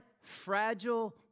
fragile